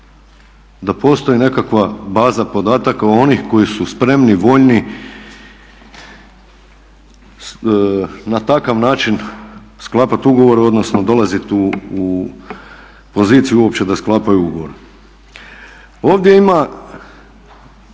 Da postoji nekakva baza podataka onih koji su spremni, voljni na takav način sklapati ugovore odnosno dolaziti u poziciju uopće da sklapaju ugovor. Ovdje ima